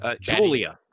Julia